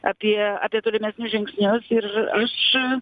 apie apie tolimesnius žingsnius ir aš